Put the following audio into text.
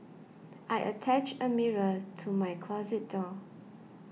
I attached a mirror to my closet door